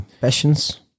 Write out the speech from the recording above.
passions